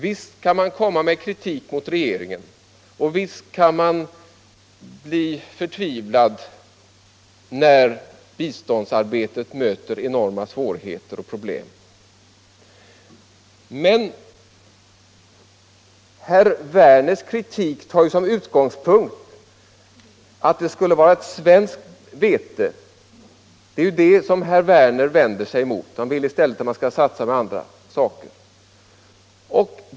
Visst kan man komma med kritik mot regeringen och visst kan man bli förtvivlad när biståndsarbetet möter enorma svårigheter och problem. Men herr Werners kritik tar som utgångspunkt att det skulle vara svenskt vete. Det är ju det herr Werner vänder sig emot. Han vill i stället att man skall satsa på andra varor.